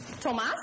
Thomas